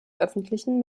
öffentlichen